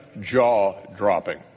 jaw-dropping